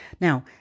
Now